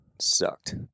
sucked